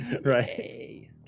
right